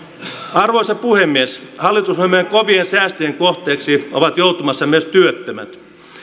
arvoisa puhemies hallitusohjelman kovien säästöjen kohteeksi ovat joutumassa myös työttömät